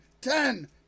ten